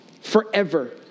forever